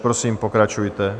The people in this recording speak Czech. Prosím, pokračujte.